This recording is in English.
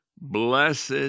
Blessed